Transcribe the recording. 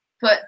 put